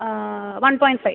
one point five